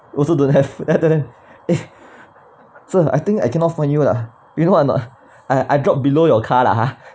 also don't have then I tell them eh sir I think I cannot find you lah you know or not I I drop below your car lah !huh!